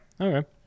Okay